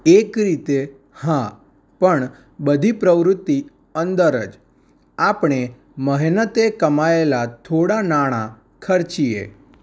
એક રીતે હા પણ બધી પ્રવૃત્તિ અંદર જ આપણે મહેનતે કમાયેલાં થોડાં નાણાં ખર્ચીએ